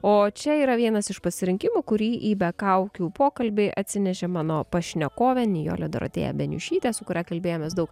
o čia yra vienas iš pasirinkimų kurį į be kaukių pokalbį atsinešė mano pašnekovė nijolė dorotėja beniušytė su kuria kalbėjomės daug